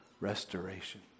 restoration